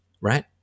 right